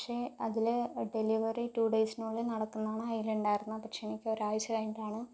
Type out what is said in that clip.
പക്ഷെ അതിൽ delivery two ഡേയ്സിനുള്ളിൽ നടക്കുമെന്നാണ് അതിലുണ്ടായിരുന്നത് പക്ഷെ എനിക്ക് ഒരാഴ്ച കഴിഞ്ഞിട്ടാണ്